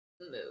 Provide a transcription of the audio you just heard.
move